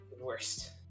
worst